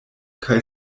kaj